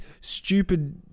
stupid